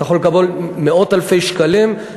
ואתה יכול לקבל מאות אלפי שקלים.